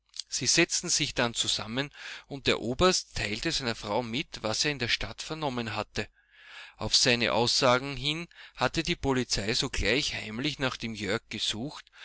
sie setzten sich dann zusammen und der oberst teilte seiner frau mit was er in der stadt vernommen hatte auf seine aussagen hin hatte die polizei sogleich heimlich nach dem jörg gesucht